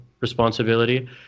responsibility